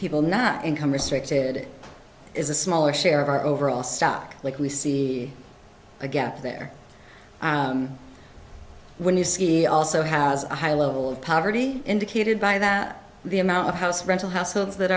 people not income restricted is a smaller share of our overall stock like we see a gap there when you ski also has a high level of poverty indicated by that the amount of house rental households that